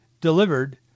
delivered